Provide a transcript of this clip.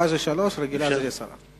שלוש דקות, רגילה, עשר דקות.